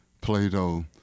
Plato